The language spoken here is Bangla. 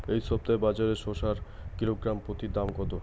এই সপ্তাহে বাজারে শসার কিলোগ্রাম প্রতি দাম কত?